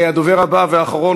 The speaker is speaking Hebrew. הדובר הבא והאחרון,